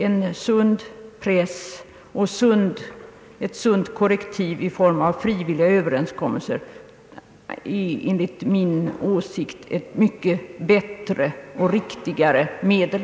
En sund press och ett sunt korrektiv i form av frivilliga överenskommelser är enligt min åsikt ett mycket bättre och riktigare medel.